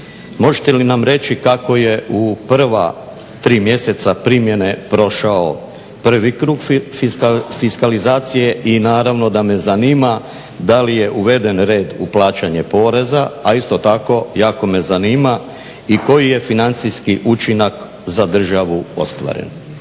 Možete li nam reći kako je u prva tri mjeseca primjene prošao prvi krug fiskalizacije i naravno da me zanima da li je uveden red u plaćanje poreza, a isto tako jako me zanima i koji je financijski učinak za državu ostvaren.